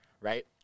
right